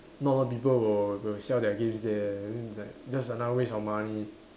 not a lot of people will will sell their games there then it's like just another waste of money